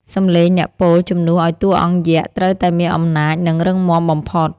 សំឡេងអ្នកពោលជំនួសឱ្យតួអង្គយក្ស ត្រូវតែមានអំណាច និងរឹងមាំបំផុត។